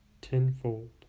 tenfold